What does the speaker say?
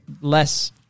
less